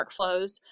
workflows